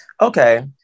okay